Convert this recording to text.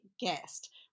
guest